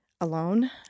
alone